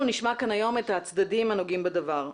אנחנו נשמע כאן היום את הצדדים הנוגעים בדבר.